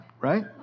right